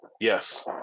Yes